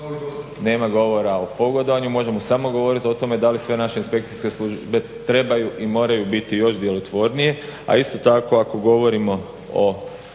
Nema govora o pogodovanju, možemo samo govoriti o tome da li sve naše inspekcijske službe trebaju i moraju biti još djelotvornije. A isto tako ako govorimo o